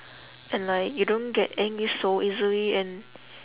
and like you don't get angry so easily and